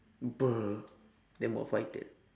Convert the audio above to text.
bruh that one about fighter